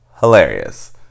hilarious